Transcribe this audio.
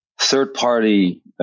third-party